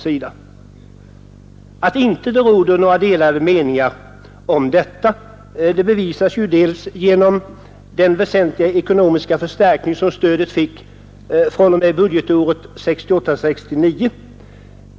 Att det inte råder några delade meningar om detta bevisas genom den väsentliga ekonomiska förstärkning som stödet fick fr.o.m. budgetåret 1968/69.